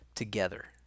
together